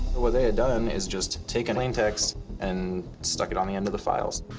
what they had done is just taken plain text and stuck it on the end of the files.